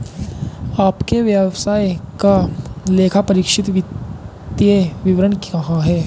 आपके व्यवसाय का लेखापरीक्षित वित्तीय विवरण कहाँ है?